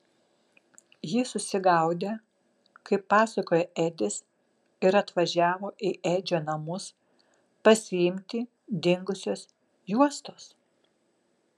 jis susigaudę kaip pasakojo edis ir atvažiavo į edžio namus pasiimti dingusios juostos